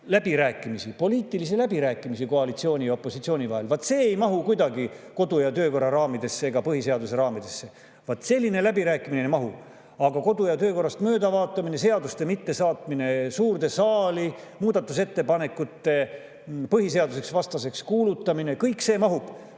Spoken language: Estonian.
läbirääkimisi, poliitilisi läbirääkimisi koalitsiooni ja opositsiooni vahel. Vaat see ei mahu kuidagi kodu‑ ja töökorra raamidesse ega põhiseaduse raamidesse, vaat selline läbirääkimine ei mahu! Kodu‑ ja töökorrast möödavaatamine, seadus[eelnõude] mittesaatmine suurde saali, muudatusettepanekute põhiseadusvastaseks kuulutamine, kõik see mahub